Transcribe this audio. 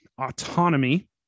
autonomy